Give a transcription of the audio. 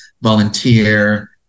volunteer